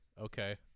Okay